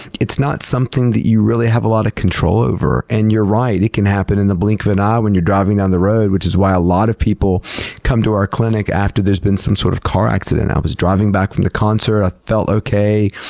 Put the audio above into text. it's not something that you really have a lot of control over. and you're right, it can happen in the blink of an eye when you're driving down the road, which is why a lot of people come to our clinic after there's been some sort of car accident. i was driving back from the concert. i felt okay,